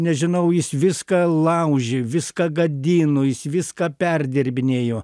nežinau jis viską laužė viską gadino jis viską perdirbinėjo